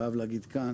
אני חייב להגיד כאן,